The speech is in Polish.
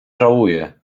żałuje